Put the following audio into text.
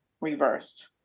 reversed